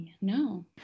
No